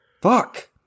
Fuck